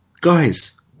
guys